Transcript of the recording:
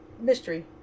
mystery